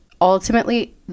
ultimately